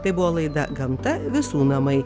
tai buvo laida gamta visų namai